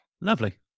lovely